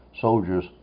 soldiers